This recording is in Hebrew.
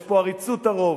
יש פה עריצות הרוב.